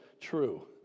true